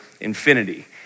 infinity